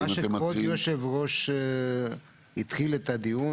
במה שכבוד היושב-ראש התחיל את הדיון